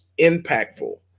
impactful